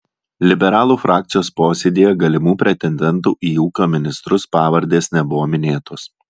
liberalų frakcijos posėdyje galimų pretendentų į ūkio ministrus pavardės nebuvo minėtos